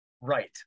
right